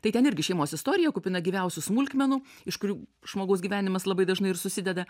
tai ten irgi šeimos istorija kupina gyviausių smulkmenų iš kurių žmogaus gyvenimas labai dažnai ir susideda